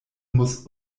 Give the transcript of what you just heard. muss